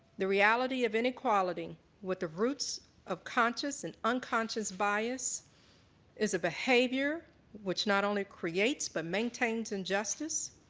the reality of inequality with the roots of conscious and unconscious bias is a behavior which not only creates but maintains injustice,